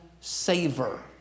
savor